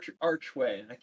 archway